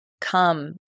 come